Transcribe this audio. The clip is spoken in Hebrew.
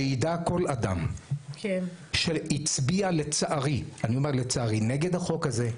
שיידע כל אדם שהצביע לצערי נגד החוק הזה,